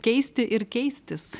keisti ir keistis